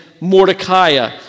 Mordecai